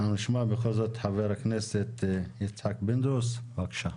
נשמע את חבר הכנסת יצחק פינדרוס, בבקשה.